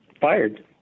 fired